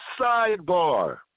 Sidebar